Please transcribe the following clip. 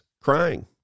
crying